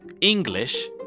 English